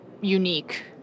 unique